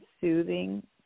soothing